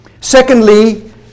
Secondly